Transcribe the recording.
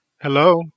Hello